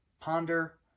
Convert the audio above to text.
ponder